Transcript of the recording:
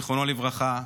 זיכרונו לברכה,